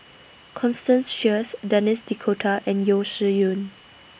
Constance Sheares Denis D'Cotta and Yeo Shih Yun